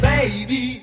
Baby